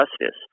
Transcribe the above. justice